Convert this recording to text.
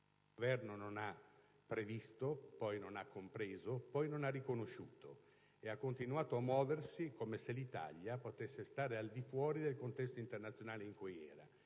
il Governo non aveva previsto, poi non ha compreso, poi non ha riconosciuto, continuando a muoversi come se l'Italia potesse stare al di fuori del contesto internazionale in cui si